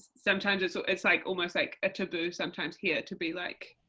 sometimes so it's like almost like a taboo, sometimes here, to be like